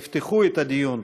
יפתחו את הדיון,